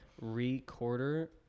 Recorder